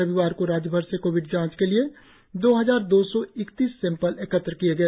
रविवार को राज्यभर से कोविड जांच के लिए दो हजार दो सौ इकतीस सैंपल एकत्र किए गए